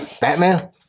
Batman